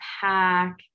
pack